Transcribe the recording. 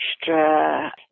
extra